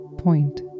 point